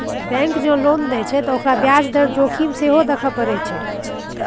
bank जँ loan दैत छै त ओकरा ब्याज दर जोखिम सेहो देखय पड़ैत छै